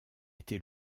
été